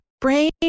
brain